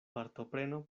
partopreno